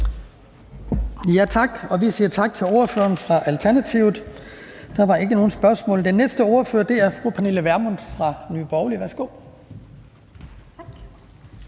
Skibby): Vi siger tak til ordføreren for Alternativet. Der var ikke nogen spørgsmål. Den næste ordfører er fru Pernille Vermund fra Nye Borgerlige. Værsgo.